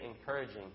encouraging